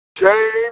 James